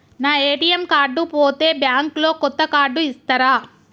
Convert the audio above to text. నా ATM card పోతే bank లో కొత్త కార్డు ఇస్తరా?